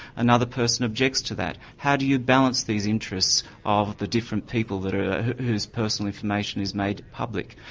another person objects to that. how do you balance these interests of the different people that are, whose personal information is made public?